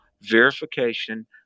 verification